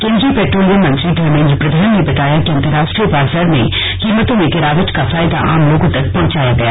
केन्द्री य पेट्रोलियम मंत्री धर्मेन्द्र प्रधान ने बताया कि अंतर्राष्ट्री य बाजार में कीमतों में गिरावट का फायदा आम लोगों तक पहुंचाया गया है